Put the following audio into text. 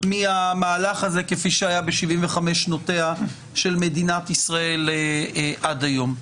מהמהלך הזה כפי שהיה ב-75 שנותיה של מדינת ישראל עד היום.